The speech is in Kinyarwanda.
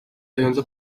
kayonza